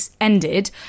ended